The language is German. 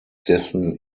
dessen